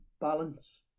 balance